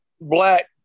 black